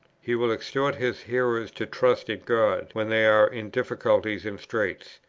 he will exhort his hearers to trust in god, when they are in difficulties and straits,